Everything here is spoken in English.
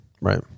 Right